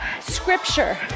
Scripture